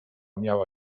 miała